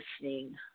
listening